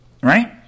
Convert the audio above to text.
right